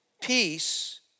peace